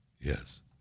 Yes